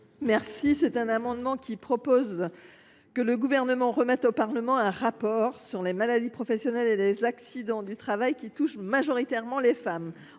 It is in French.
Houerou. Cet amendement vise à ce que le Gouvernement remette au Parlement un rapport sur les maladies professionnelles et les accidents du travail qui touchent majoritairement les femmes.